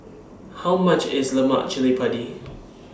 How much IS Lemak Cili Padi